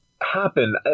happen